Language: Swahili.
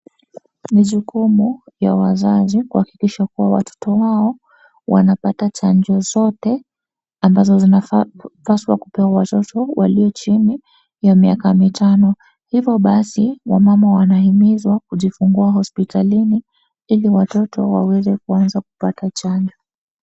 Ni jukumu ya wazazi kuhakikisha kuwa watoto wao wanapata chanjo zote ambazo zinapaswa kupewa wototo walio chini ya miaka mitano hivyo basi wamama wanahimizwa kujifungua hospitalini ili watoto waweze kuanza kupata chanjo.